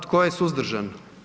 Tko je suzdržan?